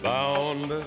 Bound